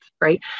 right